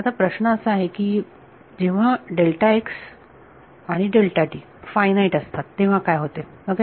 आता प्रश्न असा आहे की जेव्हा आणि फायनाईट असतात तेव्हा काय होते ओके